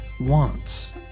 wants